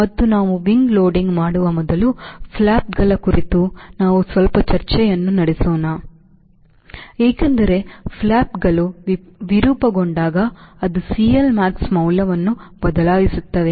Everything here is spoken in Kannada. ಮತ್ತು ನಾವು wing ಲೋಡಿಂಗ್ ಮಾಡುವ ಮೊದಲು ಫ್ಲಾಪ್ಗಳ ಕುರಿತು ನಾವು ಸ್ವಲ್ಪ ಚರ್ಚೆಯನ್ನು ನಡೆಸುತ್ತೇವೆ ಏಕೆಂದರೆ ಫ್ಲಾಪ್ಗಳು ವಿರೂಪಗೊಂಡಾಗ ಅದು CL maxಮೌಲ್ಯವನ್ನು ಬದಲಾಯಿಸುತ್ತದೆ